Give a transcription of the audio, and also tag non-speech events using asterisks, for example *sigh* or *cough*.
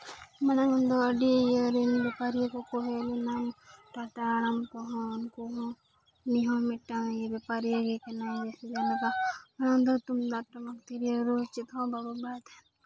ᱢᱟᱲᱟᱝ ᱫᱚ ᱟᱹᱰᱤ ᱤᱭᱟᱹ ᱨᱮ ᱵᱮᱯᱟᱨᱤᱭᱟᱹ ᱠᱚᱠᱚ ᱦᱮᱡ ᱞᱮᱱᱟ ᱴᱟᱴᱟ ᱦᱟᱲᱟᱢ ᱠᱚᱦᱚᱸ ᱩᱱᱠᱩ ᱦᱚᱸ ᱩᱱᱤ ᱦᱚᱸ ᱢᱤᱫᱴᱟᱱ ᱵᱮᱯᱟᱨᱤᱭᱟᱹ ᱜᱮ ᱠᱟᱱᱟᱭ *unintelligible* ᱢᱟᱲᱟᱝ ᱫᱚ ᱛᱩᱢᱫᱟᱜ ᱴᱟᱢᱟᱠ *unintelligible*